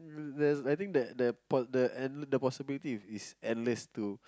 there's the I think that the the and possibilities is endless too